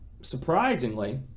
Surprisingly